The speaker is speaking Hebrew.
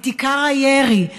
את עיקר הירי,